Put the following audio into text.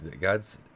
God's